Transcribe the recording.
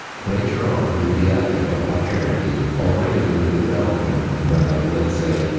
later on, with the advent of patriarchy, already with the development, well, let's say,